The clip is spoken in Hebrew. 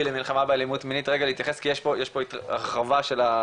למלחמה באלימות מינית רגע להתייחס כי יש פה הרחבה ש,